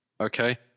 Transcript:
okay